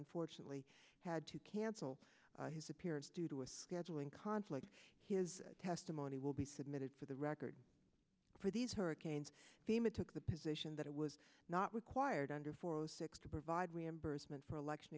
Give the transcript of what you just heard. unfortunately had to cancel his appearance due to a scheduling conflict his testimony will be submitted for the record for these hurricanes fema took the position that it was not required under four zero six to provide reimbursement for election